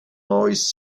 always